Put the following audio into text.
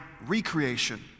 recreation